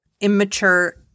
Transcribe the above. immature-